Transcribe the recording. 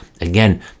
again